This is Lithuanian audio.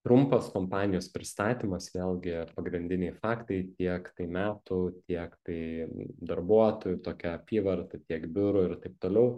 trumpas kompanijos pristatymas vėlgi pagrindiniai faktai tiek metų tiek tai darbuotojų tokia apyvarta tiek biurų ir taip toliau